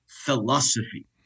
philosophy